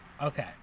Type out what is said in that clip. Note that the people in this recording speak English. Okay